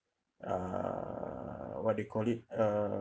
err what do you call it err